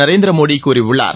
Narendra Modi கூறியுள்ளர்